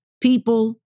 people